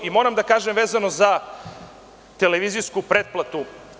Moram da kažem vezano za televizijsku pretplatu.